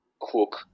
Cook